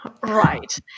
Right